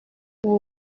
ubu